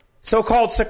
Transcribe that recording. so-called